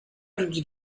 did